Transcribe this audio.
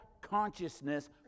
consciousness